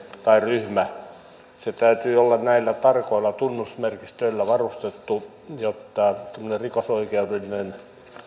tai ryhmä vaan sen täytyy olla tarkoilla tunnusmerkistöillä varustettu jotta siihen syntyy rikosoikeudellinen